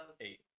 Eight